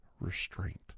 restraint